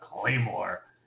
Claymore